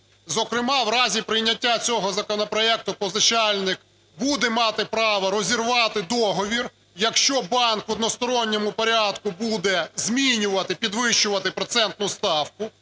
Зокрема у разі прийняття цього законопроекту позичальник буде мати право розірвати договір, якщо банк в односторонньому порядку буде змінювати, підвищувати процентну ставку.